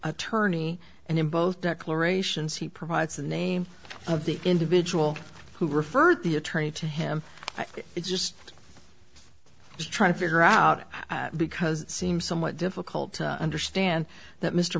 attorney and in both declarations he provides the name of the individual who referred the attorney to him i think it's just trying to figure out because it seems somewhat difficult to understand that mr